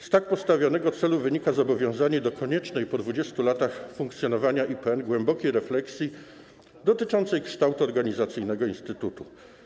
Z tak postawionego celu wynika zobowiązanie do koniecznej po 20 latach funkcjonowania IPN głębokiej refleksji dotyczącej kształtu organizacyjnego instytutu.